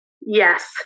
Yes